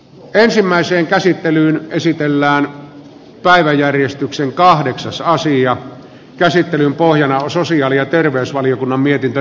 ensimmäiseen käsittelyyn esitellään päiväjärjestyksen kahdeksassa asian käsittelyn pohjana on sosiaali ja terveysvaliokunnan mietintö